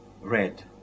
red